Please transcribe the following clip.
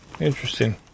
Interesting